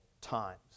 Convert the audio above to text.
times